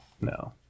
No